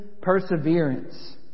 perseverance